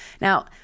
Now